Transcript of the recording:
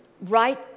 right